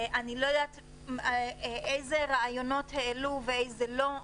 אני לא יודעת איזה רעיונות העלו ואיזה לא,